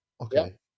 okay